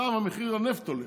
עכשיו מחיר הנפט עולה.